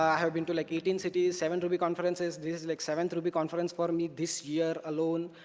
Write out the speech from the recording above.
i have been to like eighteen cities, seven ruby conferences. this is like seventh ruby conference for me this year alone,